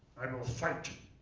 i will fight.